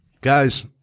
Guys